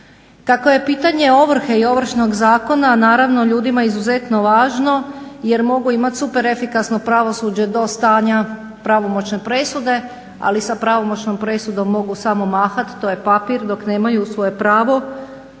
Kako je pitanje ovrhe i Ovršnog zakona naravno ljudima izuzetno važno jer mogu imati super efikasno pravosuđe do stanja pravomoćne presude ali sa pravomoćnom presudom mogu samo mahati, to je papir dok nemaju svoje pravo